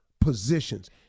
positions